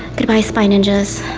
goodbye spy ninja's,